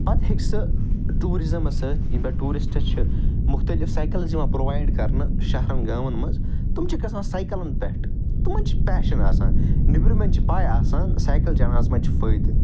پَتہٕ ہیٚکہِ سُہ ٹیٛوٗرِزمَس سۭتۍ ٹیٛورِسٹٕس چھِ مختلف سایکلٕز یِوان پرٛووایڈ کَرنہٕ شَہرَن گامَن مَنٛز تِم چھِ گَژھان سایکَلَن پٮ۪ٹھ تِمن چھُ پیشَن آسان نیٚبرِمیٚن چھِ پاے آسان سایکَل چَلاونَس مَنٛز چھُ فٲیدٕ